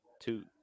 two